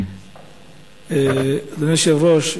אדוני היושב-ראש,